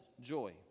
joy